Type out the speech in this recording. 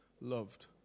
loved